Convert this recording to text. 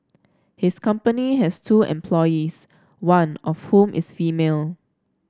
his company has two employees one of whom is female